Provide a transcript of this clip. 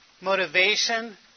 motivation